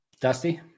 Dusty